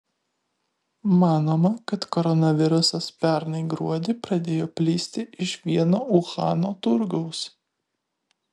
manoma kad koronavirusas pernai gruodį pradėjo plisti iš vieno uhano turgaus